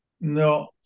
No